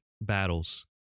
battles